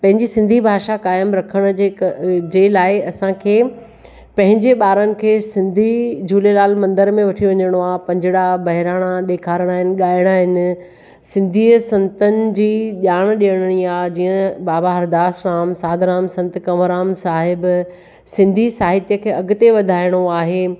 पंहिंजी सिंधी भाषा क़ाइमु रखण जे लाइ असांखे पंहिंजे ॿारनि खे सिंधी झूलेलाल मंदर में वठी वञिणो आहे पंजड़ा बहिराणा ॾेखारिणा आहिनि ॻाइणा आहिनि सिंधीअ संतनि जी ॼाण ॾियणी आ्हे जीअं बाबा हरदास राम सादराम संत कंवर राम साहिबु सिंधी साहित्य खें अॻिते वधाइणो आहे